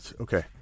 Okay